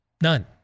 None